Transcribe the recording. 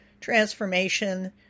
transformation